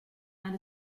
and